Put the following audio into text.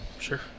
Sure